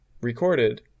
recorded